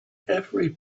every